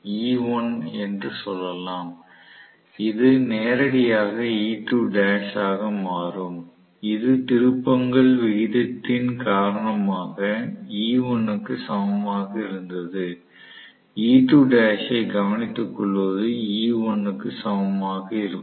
E1 என்று சொல்லலாம் இது நேரடியாக E2l ஆக மாறும் இது திருப்பங்கள் விகிதத்தின் காரணமாக E1 க்கு சமமாக இருந்தது E2l ஐ கவனித்துக்கொள்வது E1 க்கு சமமாக இருக்கும்